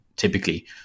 typically